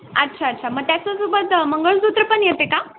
अच्छा अच्छा मग त्याच्यासोबत मंगळसूत्र पण येते का